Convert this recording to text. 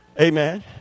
Amen